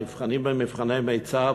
נבחנים במבחני מיצ"ב,